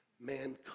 mankind